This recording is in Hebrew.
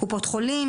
קופות חולים,